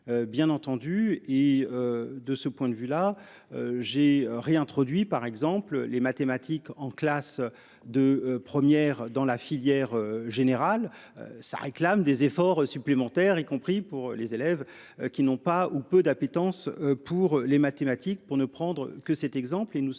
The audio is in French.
Bien entendu et. De ce point de vue là, j'ai réintroduit par exemple les mathématiques en classe de première, dans la filière générale. Ça réclame des efforts supplémentaires, y compris pour les élèves qui n'ont pas ou peu d'appétence pour les mathématiques, pour ne prendre que cet exemple